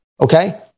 Okay